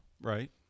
Right